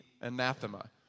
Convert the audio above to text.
anathema